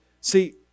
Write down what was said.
See